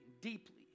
deeply